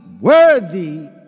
worthy